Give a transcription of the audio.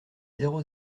zéro